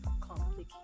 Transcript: complicated